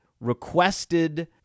requested